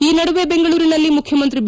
ಈ ನಡುವೆ ಬೆಂಗಳೂರಿನಲ್ಲಿ ಮುಖ್ಯಮಂತ್ರಿ ಬಿ